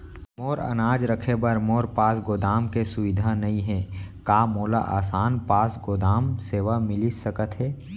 मोर अनाज रखे बर मोर पास गोदाम के सुविधा नई हे का मोला आसान पास गोदाम सेवा मिलिस सकथे?